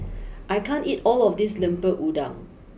I can't eat all of this Lemper Udang